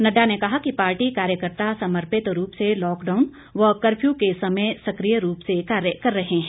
नड्डा ने कहा कि पार्टी कार्यकर्ता समर्पित रूप से लॉकडाउन व कफ्यू के समय सक्रिय रूप से कार्य कर रहे हैं